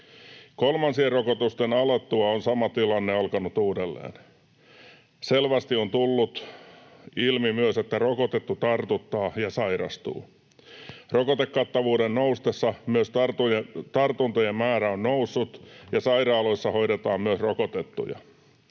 Kolmansien rokotusten alettua on sama tilanne alkanut uudelleen. Selvästi on tullut ilmi myös, että rokotettu tartuttaa ja sairastuu. Rokotekattavuuden noustessa myös tartuntojen määrä on noussut, ja sairaaloissa hoidetaan myös rokotettuja.